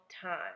time